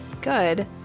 good